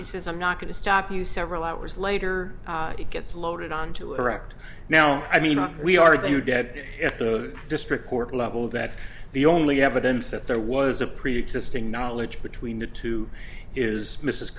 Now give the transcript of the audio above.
and says i'm not going to stop you several hours later it gets loaded on to erect now i mean we are they are dead at the district court level that the only evidence that there was a preexisting knowledge between the two is mrs